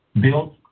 built